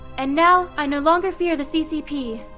and now, i no longer fear the ccp.